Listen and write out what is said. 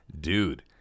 dude